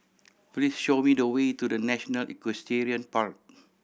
please show me the way to The National Equestrian Park